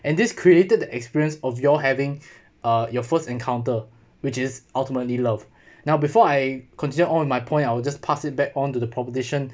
and this created the experience of your having uh your first encounter which is ultimately love now before I continue on my point I will just pass it back onto the proposition